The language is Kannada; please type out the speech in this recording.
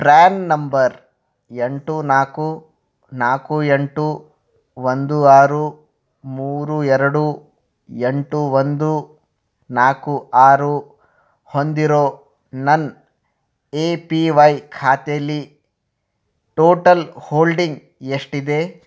ಪ್ರ್ಯಾನ್ ನಂಬರ್ ಎಂಟು ನಾಲ್ಕು ನಾಲ್ಕು ಎಂಟು ಒಂದು ಆರು ಮೂರು ಎರಡು ಎಂಟು ಒಂದು ನಾಲ್ಕು ಆರು ಹೊಂದಿರೋ ನನ್ನ ಎ ಪಿ ವೈ ಖಾತೇಲ್ಲಿ ಟೋಟಲ್ ಹೋಲ್ಡಿಂಗ್ ಎಷ್ಟಿದೆ